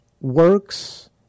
works